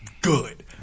good